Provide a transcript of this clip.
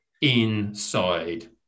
inside